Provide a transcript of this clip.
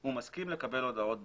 הוא מסכים לקבל הודעת באמצעותה.